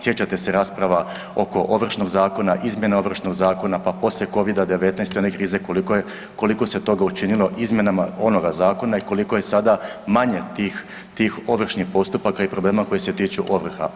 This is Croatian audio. Sjećate se rasprava oko Ovršnog zakona, izmjena Ovršnog zakona, pa poslije Covida-19 i one krize, koliko se toga učinilo izmjenama onoga Zakona i koliko je sada manje tih ovršnih postupaka i problema koji se tiču ovrha.